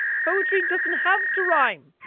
poetry doesn't have to rhyme!